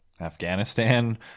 Afghanistan